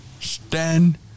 stand